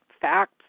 facts